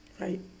right